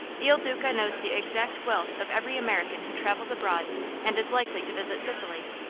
il duca knows the exact wealth of every american who travels abroad and is likely to visit sicily.